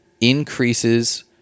increases